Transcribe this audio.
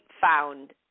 found